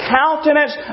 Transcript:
countenance